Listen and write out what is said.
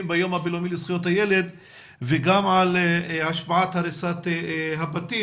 ביום הבינלאומי לזכויות הילד וגם על השפעת הריסת הבתים,